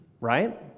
right